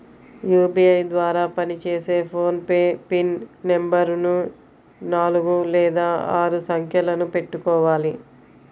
UPI ద్వారా పనిచేసే PhonePe pin నెంబరుని నాలుగు లేదా ఆరు సంఖ్యలను పెట్టుకోవాలి